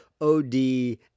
od